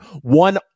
One